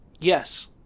Yes